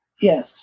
Yes